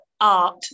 art